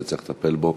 וצריך לטפל בו.